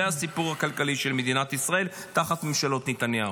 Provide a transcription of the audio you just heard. זה הסיפור הכלכלי של מדינת ישראל תחת ממשלות נתניהו.